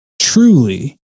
truly